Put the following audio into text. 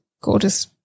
gorgeous